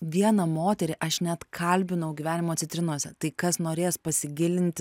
vieną moterį aš net kalbinau gyvenimo citrinose tai kas norės pasigilinti